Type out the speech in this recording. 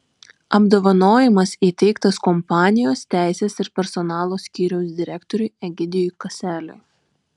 apdovanojimas įteiktas kompanijos teisės ir personalo skyriaus direktoriui egidijui kaseliui